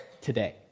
today